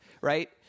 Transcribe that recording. right